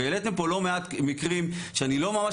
והעליתם פה לא מעט מקרים שאני לא ממש